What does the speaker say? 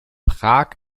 prag